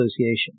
Association